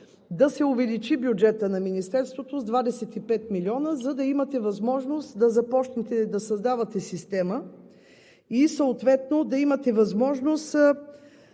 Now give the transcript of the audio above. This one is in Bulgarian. да се увеличи бюджетът на Министерството с 25 милиона, за да имате възможност да започнете да създавате система и съответно да имате възможност